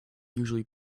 usually